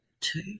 two